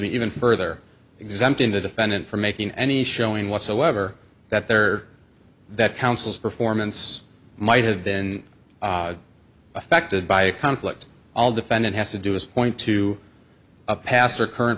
me even further exempt in the defendant from making any showing whatsoever that there that councils performance might have been affected by a conflict all defendant has to do is point to a pastor current